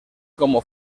como